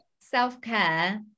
self-care